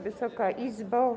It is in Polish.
Wysoka Izbo!